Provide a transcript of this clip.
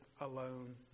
alone